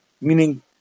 Meaning